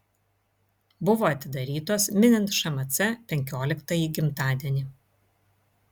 buvo atidarytos minint šmc penkioliktąjį gimtadienį